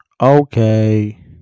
Okay